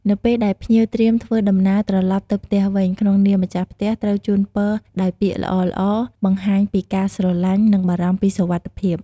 នៅពេលដែលភ្ញៀវត្រៀមធ្វើដំណើរត្រឡប់ទៅផ្ទះវិញ ក្នងនាមម្ចាស់ផ្ទះត្រូវជូនពរដោយពាក្យល្អៗ បង្ហាញពីការស្រឡាញ់ និងបារម្ភពីសុវត្ថិភាព។